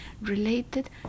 related